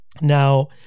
Now